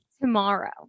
Tomorrow